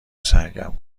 سرگرم